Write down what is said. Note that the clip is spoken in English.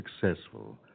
successful